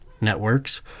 networks